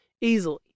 easily